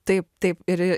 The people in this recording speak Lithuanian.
taip taip ir